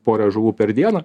porą žuvų per dieną